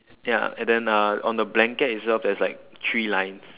ya and then uh on the blanket itself there's like three lines